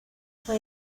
fue